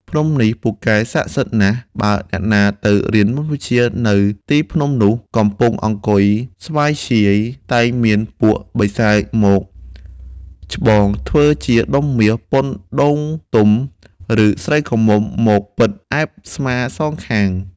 ភ្នំនេះ ពូកែស័ក្តិសិទ្ធិណាស់ បើអ្នកណាទៅរៀនមន្តវិជ្ជានៅទីភ្នំនោះ កំពុងអង្គុយស្វាធ្យាយ តែងមានពួក បិសាចមកច្បងធ្វើជាដុំមាសប៉ុនដូងទុំ ឬស្រីក្រមុំមកពិតអែបស្មាសងខាង។